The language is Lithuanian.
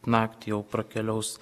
naktį jau prakeliaus